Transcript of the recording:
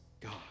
God